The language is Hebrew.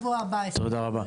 תודה רבה.